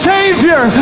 Savior